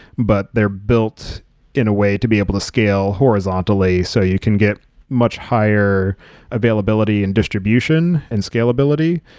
but they're built in a way to be able to scale horizontally so you can get much higher availability, and distribution, and scalability.